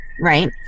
right